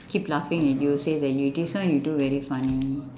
keep laughing at you say that you this one you do very funny